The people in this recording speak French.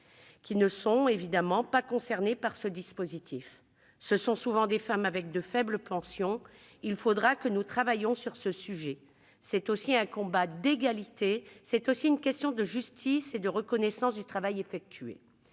qui ne sont pas concernés par ce dispositif. Ce sont souvent des femmes avec de faibles pensions : il faudra que nous travaillions sur ce sujet, car c'est aussi un combat d'égalité, une question de justice et de reconnaissance du travail effectué.